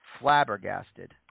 flabbergasted